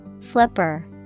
Flipper